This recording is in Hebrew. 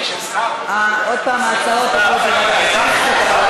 עוד פעם, ההצעות עוברות לוועדת הכנסת,